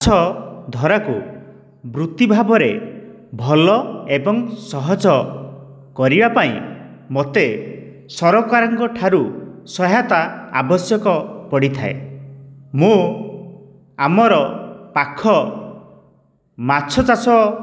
ମାଛ ଧରାକୁ ବୃତ୍ତି ଭାବରେ ଭଲ ଏବଂ ସହଜ କରିବା ପାଇଁ ମୋତେ ସରକାରଙ୍କ ଠାରୁ ସହାୟତା ଆବଶ୍ୟକ ପଡ଼ିଥାଏ ମୁଁ ଆମର ପାଖ ମାଛଚାଷ